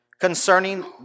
Concerning